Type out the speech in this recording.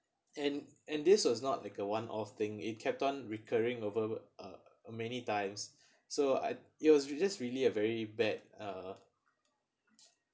and and this was not like a one off thing it kept on recurring over a a many times so I it was just really a very bad uh